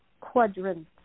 quadrant